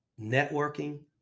networking